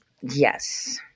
Yes